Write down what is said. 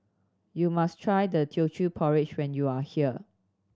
you must try Teochew Porridge when you are here